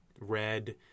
red